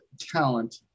talent